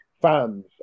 fans